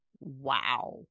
wow